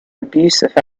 abusive